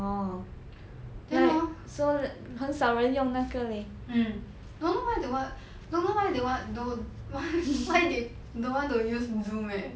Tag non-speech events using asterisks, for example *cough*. then hor mm don't know why they want don't know why they want don't *laughs* know why they don't want use zoom leh